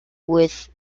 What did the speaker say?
with